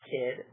kid